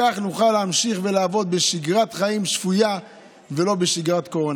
כך נוכל להמשיך ולעבוד בשגרת חיים שפויה ולא בשגרת קורונה.